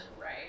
right